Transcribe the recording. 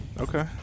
okay